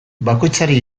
bakoitzari